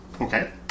Okay